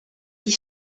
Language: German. die